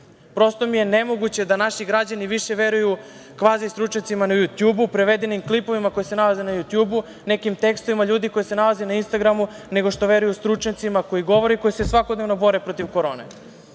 Prosto mi je nemoguće da naši građani više veruju kvazi stručnjacima na Jutjubu, prevedenim klipovima koji se nalaze na Jutjubu, nekim tekstovima ljudi koji se nalaze na Instagramu nego što veruju stručnjacima koji govore i koji se svakodnevno bore protiv korone. Moje